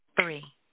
three